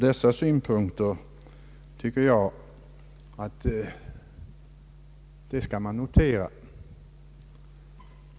Dessa synpunkter bör noteras.